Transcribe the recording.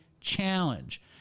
Challenge